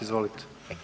Izvolite.